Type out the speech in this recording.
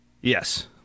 Yes